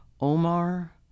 Omar